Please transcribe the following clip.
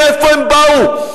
מאיפה הם באו?